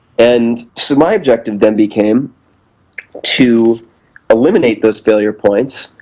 and so my objective then became to eliminate those failure points